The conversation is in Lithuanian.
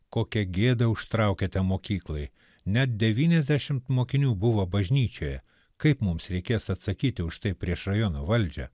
kokią gėdą užtraukėte mokyklai net devyniasdešimt mokinių buvo bažnyčioje kaip mums reikės atsakyti už tai prieš rajono valdžią